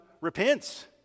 repents